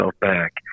back